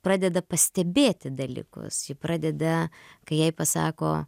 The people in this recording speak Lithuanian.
pradeda pastebėti dalykus ji pradeda kai jai pasako